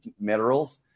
minerals